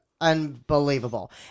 unbelievable